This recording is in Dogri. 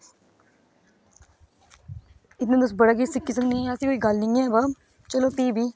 इयां अस बड़ा किश सिक्खी सकने ऐसी कोई गल्ल नेईं ऐ पर फ्ही बी